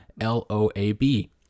L-O-A-B